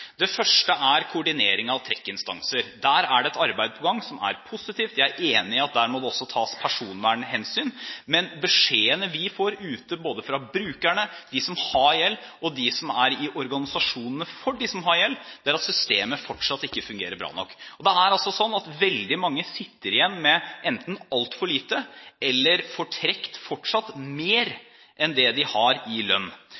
Det første er koordinering av trekkinstanser. Der er det et arbeid på gang, som er positivt. Jeg er enig i at der må det også tas personvernhensyn. Men beskjedene vi får ute fra både brukerne, de som har gjeld, og de som er i organisasjonene for dem som har gjeld, er at systemet fortsatt ikke fungerer bra nok. Det er altså slik at veldig mange sitter igjen med enten altfor lite eller fortsatt får trukket mer enn det de har i lønn.